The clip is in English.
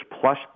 plus